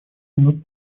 минут